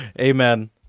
Amen